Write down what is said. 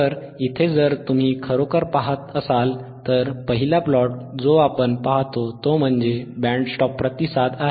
तर इथे जर तुम्ही खरोखर पाहत असाल तर पहिला प्लॉट जो आपण पाहतो तो म्हणजे बँड स्टॉप प्रतिसाद आहे